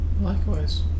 Likewise